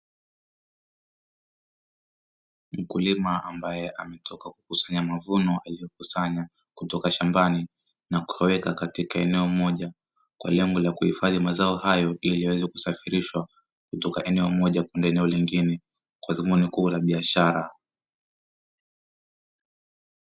Mkulima ambaye ametoka kukusanya mavuno kutoka shambani na kuyaweka katika eneo moja kwa lengo la kuhifadhi mazao hayo, kwa lengo la kusafrisha kutoka eneo moja kwenda eneo lingine kwa dhumuni kuu la kibiashara.